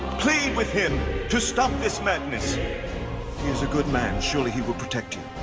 plead with him to stop this madness. he is a good man, surely he will protect you.